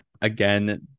Again